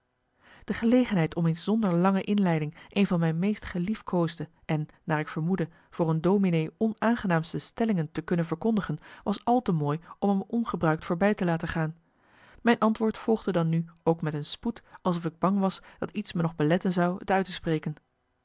de gelegenheid om eens zonder lange inleiding een van mijn meest geliefkoosde en naar ik vermoedde voor een dominee onaangenaamste stellingen te kunnen verkondigen was al te mooi om m ongebruikt voorbij te laten gaan mijn antwoord volgde dan nu ook met een spoed alsof ik bang was dat iets me nog beletten zou t uit te spreken